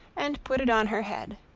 and put it on her head.